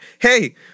hey